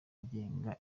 agenga